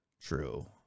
True